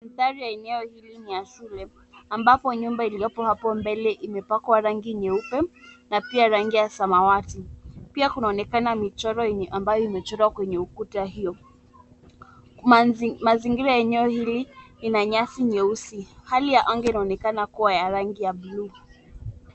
Mandhari ya eneo hili ni ya shule, ambapo nyumba iliyopo hapo mbele imepakwa rangi nyeupe na pia rangi ya samawati, pia kunaonekana michoro ambayo imechorwa kwenye ukuta huo. Mazingira ya eneo hili ina nyasi nyeusi, hali ya anga inaonekana kuwa ya rangi ya bluu.